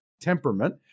temperament